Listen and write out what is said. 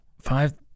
Five